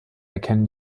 erkennen